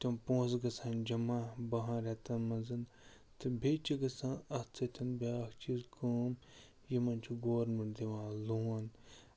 تِم پونٛسہٕ گَژھان جمع بَہن رٮ۪تن منٛز تہٕ بیٚیہِ چھِ گژھان اَتھ سۭتۍ بیٛاکھ چیٖز کٲم یِمن چھُ گورمٮ۪نٛٹ دِوان لون